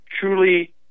truly